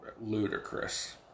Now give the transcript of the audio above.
ludicrous